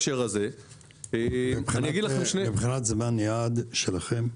מה היעד שלכם?